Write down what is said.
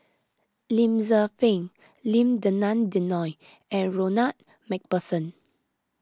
Lim Tze Peng Lim Denan Denon and Ronald MacPherson